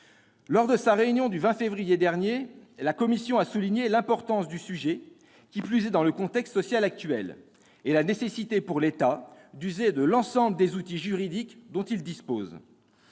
Lors de sa réunion du 20 février dernier, la commission a souligné l'importance du sujet, en particulier dans le contexte social actuel, et la nécessité pour l'État d'user de l'ensemble des outils juridiques dont il dispose